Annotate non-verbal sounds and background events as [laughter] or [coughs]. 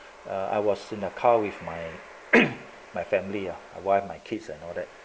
uh I was in a car with my [coughs] my family lah wife my kids and all that